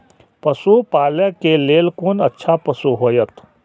पशु पालै के लेल कोन अच्छा पशु होयत?